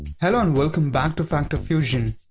hello and welcome back to factofusion,